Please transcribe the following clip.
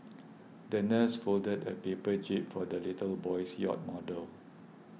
the nurse folded a paper jib for the little boy's yacht model